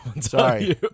Sorry